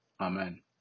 Amen